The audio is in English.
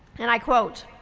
and i quote,